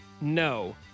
no